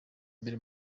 imbere